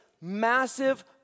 massive